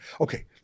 Okay